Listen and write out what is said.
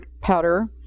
powder